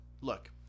look